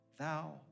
Thou